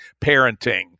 parenting